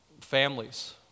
families